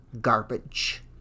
garbage